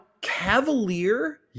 cavalier